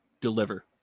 deliver